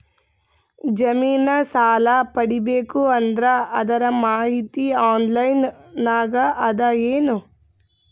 ಜಮಿನ ಸಾಲಾ ಪಡಿಬೇಕು ಅಂದ್ರ ಅದರ ಮಾಹಿತಿ ಆನ್ಲೈನ್ ನಾಗ ಅದ ಏನು?